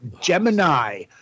gemini